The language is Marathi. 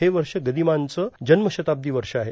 हे वर्ष गदिमांचं जव्मशताब्दी वर्ष आहे